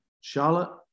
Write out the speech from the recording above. Charlotte